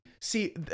See